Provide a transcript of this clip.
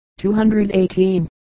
218